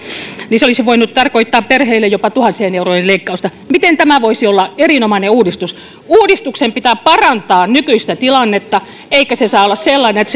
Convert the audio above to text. se olisi voinut tarkoittaa perheille jopa tuhansien eurojen leikkausta miten tämä voisi olla erinomainen uudistus uudistuksen pitää parantaa nykyistä tilannetta eikä se saa olla sellainen että